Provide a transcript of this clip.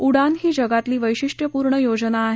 उडान ही जगातली वैशिष्ट्यपूर्ण योजना आहे